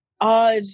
odd